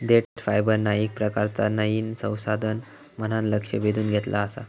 देठ फायबरना येक प्रकारचा नयीन संसाधन म्हणान लक्ष वेधून घेतला आसा